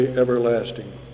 everlasting